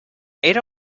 era